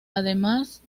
además